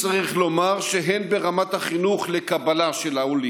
צריך לומר שהן ברמת החינוך לקבלה של העולים